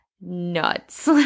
nuts